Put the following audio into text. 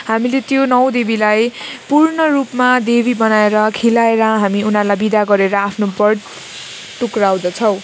हामीले त्यो नौ देवीलाई पूर्ण रूपमा देवी बनाएर खुवाएर हामी उनीहरूलाई बिदा गरेर आफ्नो व्रत टुँग्याउँदछौँ